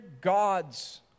God's